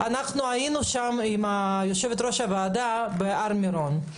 היינו עם יושבת-ראש הוועדה בהר מירון.